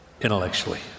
intellectually